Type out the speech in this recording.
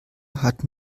hat